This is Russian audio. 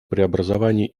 преобразований